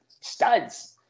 studs